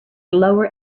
lower